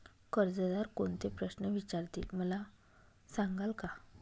कर्जदार कोणते प्रश्न विचारतील, मला सांगाल का?